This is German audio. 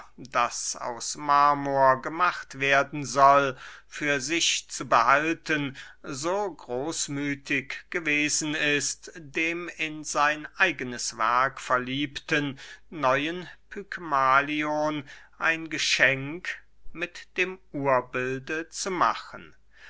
das aus marmor gemacht werden soll für sich zu behalten so großmüthig gewesen ist dem in sein eignes werk verliebten neuen pygmalion ein geschenk mit dem urbilde zu machen